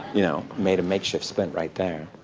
you know made a makeshift splint right there.